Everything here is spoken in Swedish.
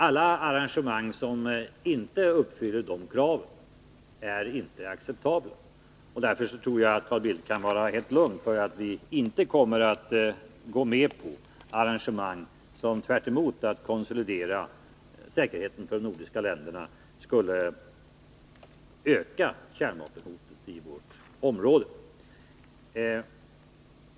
Alla arrangemang som inte uppfyller de kraven är inte acceptabla. Därför tror jag Carl Bildt kan vara helt lugn för att vi inte kommer att gå med på arrangemang som, tvärtemot att konsolidera säkerheten för de nordiska länderna, skulle öka kärnvapenhotet i vårt område.